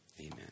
Amen